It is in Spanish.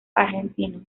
argentino